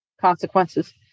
consequences